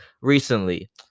recently